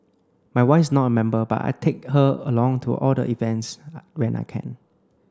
my wife is not a member but I take her along to all the events when I can